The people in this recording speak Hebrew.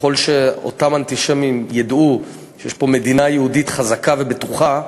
ככל שאותם אנטישמים ידעו שיש פה מדינה יהודית חזקה ובטוחה,